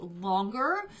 longer